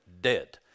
dead